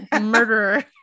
murderer